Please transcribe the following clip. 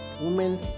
women